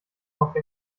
noch